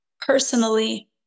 personally